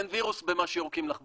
אין וירוס במה שיורקים לך בצלחת.